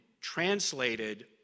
translated